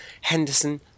Henderson